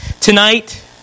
Tonight